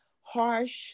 harsh